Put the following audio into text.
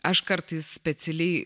aš kartais specialiai